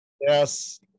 Yes